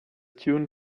tune